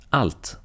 Allt